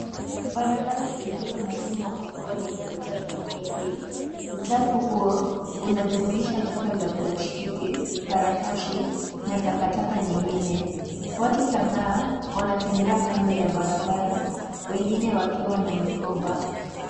Barabara yenye shimo kubwa lenye uchafu mwingi. Uchafu huo unajumuisha chupa za plastiki, karatasi na takataka nyingine. Wat kadhaa wantembea kando ya barabara wengine wakiwa na mikoba.